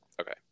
Okay